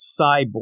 Cyborg